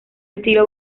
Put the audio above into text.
estilo